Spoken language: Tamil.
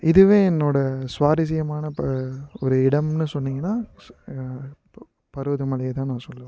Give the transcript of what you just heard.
இதுவே என்னோட சுவாரசியமான ஒரு இடமுன்னு சொன்னீங்கன்னா பர்வத மலையைதான் நான் சொல்வேன்